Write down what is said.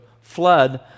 flood